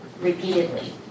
repeatedly